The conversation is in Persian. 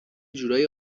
جورایی